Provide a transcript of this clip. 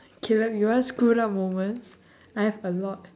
caleb you want screwed up moments I have a lot